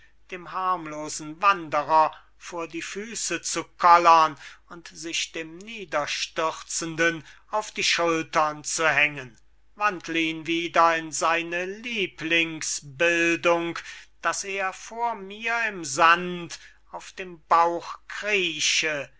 dem harmlosen wandrer vor die füße zu kollern und sich dem niederstürzenden auf die schultern zu hängen wandl ihn wieder in seine lieblingsbildung daß er vor mir im sand auf dem bauch krieche